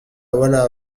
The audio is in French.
voilà